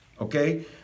Okay